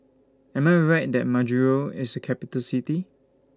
Am I Right that Majuro IS A Capital City